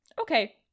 Okay